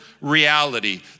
reality